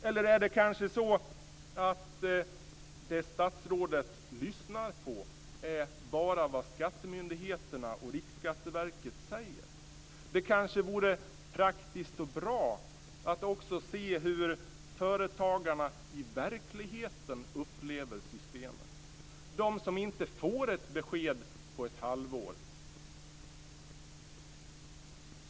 Eller är det kanske så att statsrådet bara lyssnar på vad skattemyndigheterna och Riksskatteverket säger. Det vore kanske praktiskt och bra att också se hur företagarna i verkligheten upplever systemet - de som inte får ett besked på ett halvår.